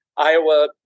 Iowa